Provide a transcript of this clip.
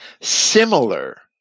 similar